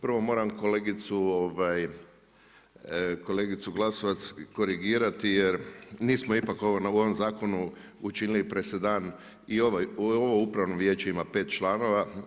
Prvo moram kolegicu Glasova korigirati jer nismo ipak u ovom zakonu učinili presedan i ovo upravno vijeće ima 5 članova.